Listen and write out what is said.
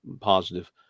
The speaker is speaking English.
positive